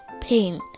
Pain